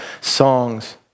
songs